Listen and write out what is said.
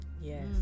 Yes